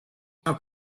how